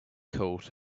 coat